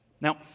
Now